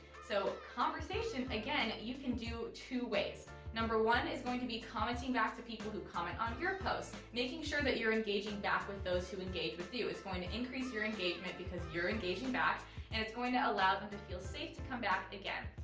so conversation, again, you can do two ways. number one is going to be commenting back to people who comment on your post, making sure that you're engaging back with those who engage with you. it's going to increase your engagement, because you're engaging back and it's going to allow them to feel safe to come back again.